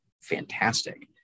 fantastic